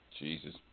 Jesus